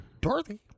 Dorothy